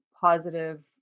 positive